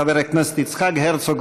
חבר הכנסת יצחק הרצוג,